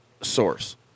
source